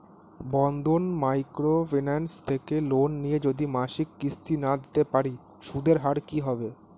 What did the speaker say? বন্ধন micro finance থেকে loan নিয়ে যদি মাসিক কিস্তি না দিতে পারি সুদের হার কি হবে?